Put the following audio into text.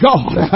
God